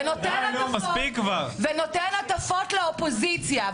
ונותן הטפות לאופוזיציה,